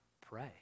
pray